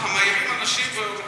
אה, מעירים אנשים ורוחצים אותם.